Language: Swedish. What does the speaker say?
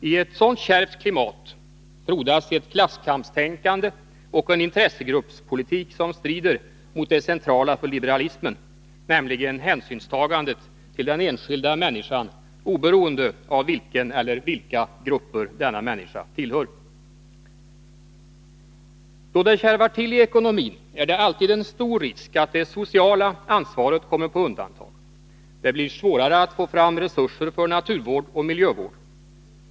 I ett sådant kärvt klimat frodas ett klasskampstänkande och en intressegruppspolitik som strider mot det centrala för liberalismen, nämligen hänsynstagandet till den enskilda människan oberoende av vilken eller vilka grupper denna människa tillhör. Då det kärvar till i ekonomin är det alltid en stor risk att det sociala ansvaret kommer på undantag. Det blir svårare att få fram resurser för naturvård och miljövård.